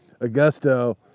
Augusto